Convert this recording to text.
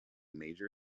major